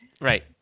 Right